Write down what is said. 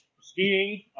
skiing